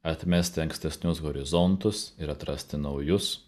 atmesti ankstesnius horizontus ir atrasti naujus